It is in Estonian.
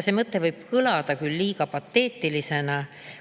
See mõte võib kõlada küll liiga pateetilisena,